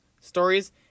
stories